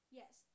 yes